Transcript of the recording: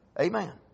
Amen